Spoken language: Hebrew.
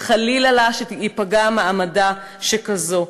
וחלילה לה שייפגע מעמדה ככזו.